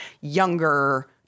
younger